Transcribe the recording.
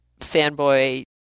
Fanboy